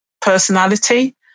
personality